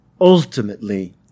ultimately